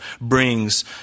brings